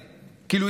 כאילו,